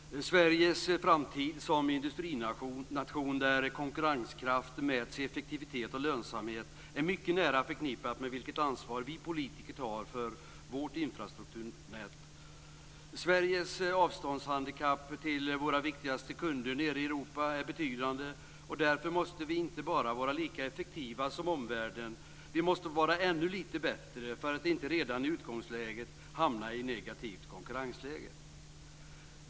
Fru talman! Sveriges framtid som en industrination där konkurrenskraft mäts i effektivitet och lönsamhet är mycket nära förknippad med vilket ansvar vi politiker tar för vårt infrastrukturnät. Sveriges handikapp på grund av avståndet till våra viktigaste kunder nere i Europa är betydande, och därför måste vi inte bara vara lika effektiva som omvärlden; vi måste vara ännu lite bättre för att inte redan i utgångsläget hamna i negativt konkurrensläge.